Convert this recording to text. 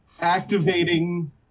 Activating